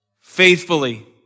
faithfully